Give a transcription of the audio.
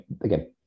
again